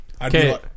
Okay